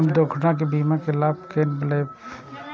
हम दुर्घटना के बीमा के लाभ केना लैब?